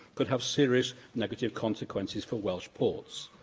could have serious negative consequences for welsh ports.